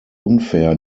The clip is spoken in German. unfair